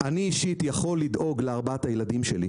אישית יכול לדאוג לארבעת הילדים שלי.